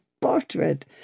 portrait